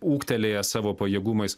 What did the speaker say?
ūgtelėję savo pajėgumais